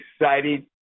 exciting